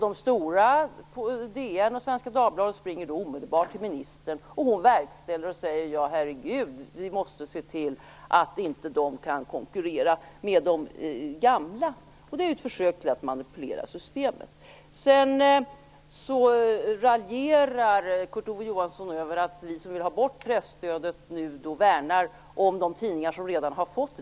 De stora tidningarna, DN och Svenska Dagbladet, springer då omedelbart till ministern som verkställer och säger: Ja, herregud, vi måste se till att de inte kan konkurrera med de gamla tidningarna. Detta är ju ett försök att manipulera systemet. Sedan raljerar Kurt Ove Johansson över att vi, som nu vill ha bort presstödet, värnar om de tidningar som redan har fått presstöd.